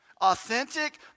authentic